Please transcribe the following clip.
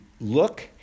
look